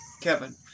Kevin